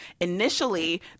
initially